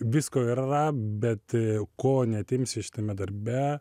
visko yra bet ko neatimsi šitame darbe